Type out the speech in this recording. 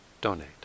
donate